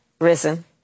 risen